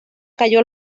cayó